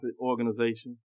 organization